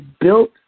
built